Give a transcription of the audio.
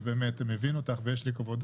ואני מבין אותך ויש לי כבוד,